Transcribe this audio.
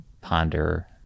ponder